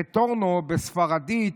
רטורנו בספרדית